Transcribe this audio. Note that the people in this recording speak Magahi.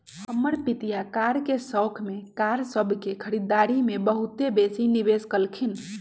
हमर पितिया कार के शौख में कार सभ के खरीदारी में बहुते बेशी निवेश कलखिंन्ह